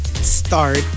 start